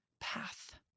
path